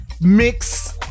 mix